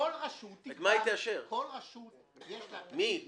כל רשות תקבע --- מי יקבע?